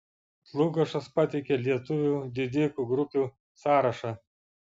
dlugošas pateikia lietuvių didikų grupių sąrašą